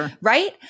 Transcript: right